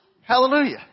Hallelujah